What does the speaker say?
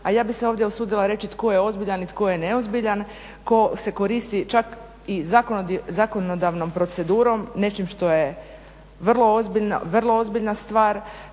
a ja bih se ovdje usudila reći tko je ozbiljan i tko je neozbiljan, tko se koristi čak i zakonodavnom procedurom, nečim što je vrlo ozbiljna stvar,